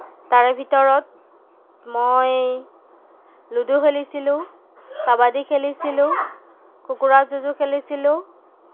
তাৰে ভিতৰত মই লুডু খেলিছিলোঁ কাবাডী খেলিছিলোঁ কুকুৰা যুঁজো খেলিছিলোঁ